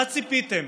מה ציפיתם,